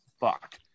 Fuck